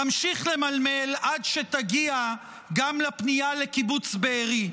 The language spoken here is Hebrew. תמשיך למלמל עד שתגיע גם לפנייה לקיבוץ בארי.